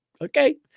Okay